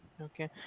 Okay